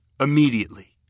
immediately